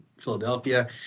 philadelphia